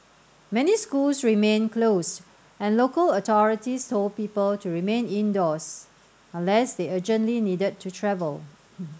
many schools remained closed and local authorities told people to remain indoors unless they urgently needed to travel